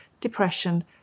depression